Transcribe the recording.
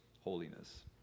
holiness